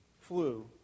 flu